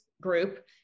group